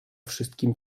wszystkim